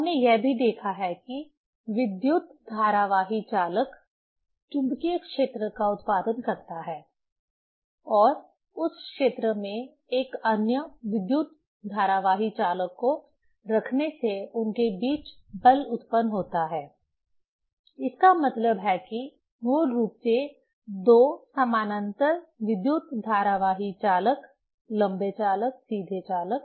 हमने यह भी देखा है कि विद्युत धारावाही चालक चुंबकीय क्षेत्र का उत्पादन करता है और उस क्षेत्र में एक अन्य विद्युत धारावाही चालक को रखने से उनके बीच बल उत्पन्न होता है इसका मतलब है कि मूल रूप से दो समानांतर विद्युत धारावाही चालक लंबे चालक सीधे चालक